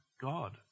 God